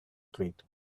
street